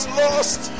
lost